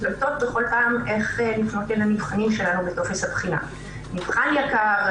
מתלבטות כל פעם איך לפנות לנבחנים שלנו בטופס הבחינה: "נבחן יקר",